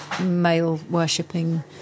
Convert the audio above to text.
male-worshipping